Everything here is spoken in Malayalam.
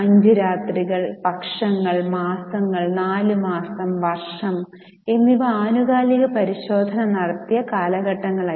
അഞ്ച് രാത്രികൾ പക്ഷങ്ങൾ മാസങ്ങൾ നാല് മാസം വർഷം എന്നിവ ആനുകാലിക പരിശോധന നടത്തിയ കാലഘട്ടങ്ങളായിരുന്നു